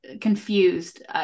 confused